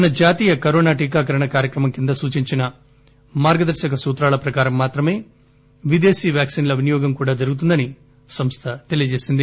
మన జాతీయ కరోనా టీకాకరణ కార్యక్రమం కింద సూచించిన మార్గదర్శక సూత్రాల ప్రకారం మాత్రమే విదేశీ వ్యక్పిన్ల వినియోగం కూడా జరుగుతుందని సంస్థ తెలియజేసింది